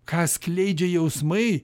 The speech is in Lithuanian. ką skleidžia jausmai